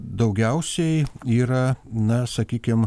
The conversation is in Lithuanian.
daugiausiai yra na sakykim